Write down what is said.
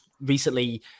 recently